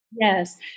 Yes